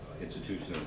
institution